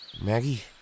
Maggie